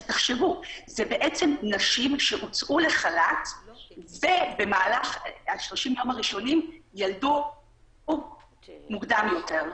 כי אלה נשים שהוצאו לחל"ת ובמהלך 30 הראשונים ילדו מוקדם יותר.